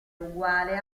uguale